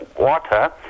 water